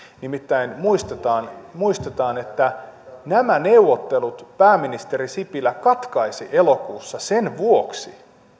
nimittäin muistetaan muistetaan että nämä neuvottelut pääministeri sipilä katkaisi elokuussa sen vuoksi